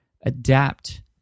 adapt